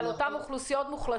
בוא נדבר על אותן אוכלוסיות מוחלשות,